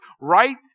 right